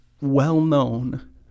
well-known